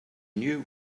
knew